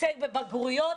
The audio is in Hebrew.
הישג בבגרויות,